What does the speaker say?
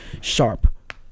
sharp